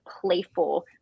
playful